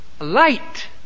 Light